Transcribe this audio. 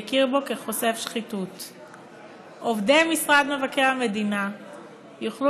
כמו כלל עובדי המדינה ועובדים